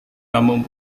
kamu